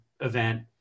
event